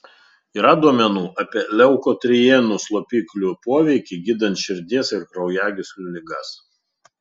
yra duomenų apie leukotrienų slopiklių poveikį gydant širdies ir kraujagyslių ligas